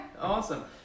Awesome